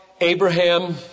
Abraham